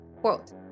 quote